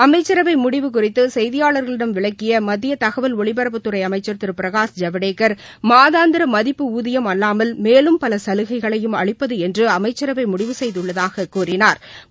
அமைச்சரவை முடிவு குறித்து செய்தியாளா்களிடம் விளக்கிய மத்திய தகவல் ஒலிப்பரப்பத்துறை அமைச்சர் திரு பிரகாஷ் ஜவடேகர் மாதாந்திர மதிப்பு ஊதியம் அல்லாமல் மேலும் பல சலுகைகளையும் அளிப்பது என்று அமைச்சரவை முடிவு செய்துள்ளதாகக் கூறினாா்